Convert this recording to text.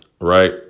right